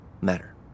matter